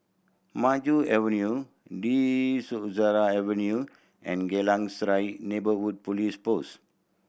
Maju Avenue De Souza Avenue and Geylang Serai Neighbourhood Police Post